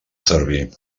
servir